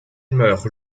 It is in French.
meurt